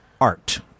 art